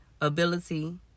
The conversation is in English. ability